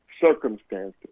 circumstances